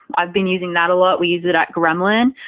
i've been using that a lot. we use it at gremlin.